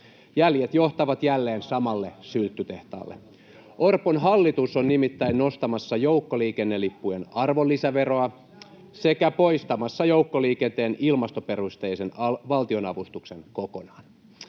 Jäljet johtavat jälleen samalle sylttytehtaalle. Orpon hallitus on nimittäin nostamassa joukkoliikennelippujen arvonlisäveroa sekä poistamassa joukkoliikenteen ilmastoperusteisen valtionavustuksen kokonaan.